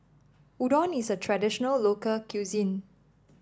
Udon is a traditional local cuisine